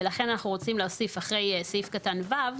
ולכן, אחנו רוצים להוסיף אחרי סעיף קטן (ו)